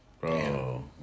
Bro